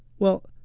well,